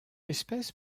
espèce